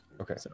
Okay